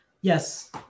Yes